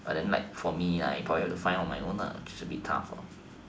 but then like for me like I probably have to find out on my own it should be tough